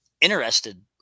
interested